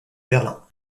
berlin